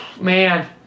man